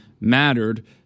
mattered